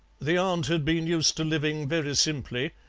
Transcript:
the aunt had been used to living very simply,